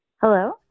Hello